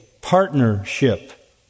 partnership